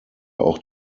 auch